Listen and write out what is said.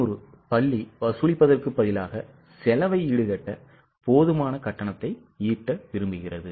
500 பள்ளி வசூலிப்பதற்கு பதிலாக செலவை ஈடுகட்ட போதுமான கட்டணத்தை ஈட்ட விரும்புகிறது